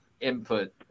input